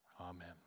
Amen